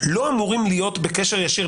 לא אמורים להיות בקשר ישיר,